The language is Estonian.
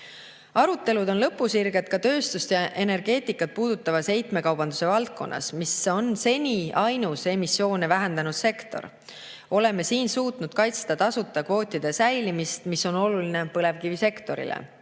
Arutelud on lõpusirgel ka tööstust ja energeetikat puudutavas heitmekaubanduse valdkonnas, mis on seni ainus emissioone vähendanud sektor. Oleme siin suutnud kaitsta tasuta kvootide säilimist, mis on oluline põlevkivisektorile.